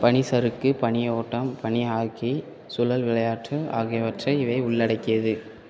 பனிச்சறுக்கு பனி ஓட்டம் பனி ஹாக்கி சுழல் விளையாட்டு ஆகியவற்றை இவை உள்ளடக்கியது